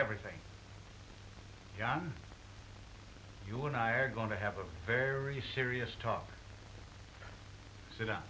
everything john you and i are going to have a very serious talk s